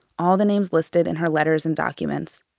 all the names listed in her letters and documents.